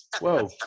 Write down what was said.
whoa